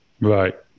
Right